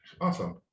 Awesome